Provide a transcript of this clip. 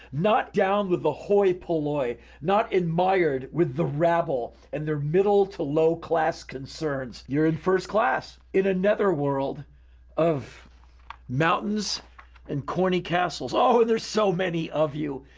not down with the hoi polloi. not admired with the rabble, and their middle to low class concerns. you're in first class in a netherworld of mountains and corny castles. oh and there's so many of you.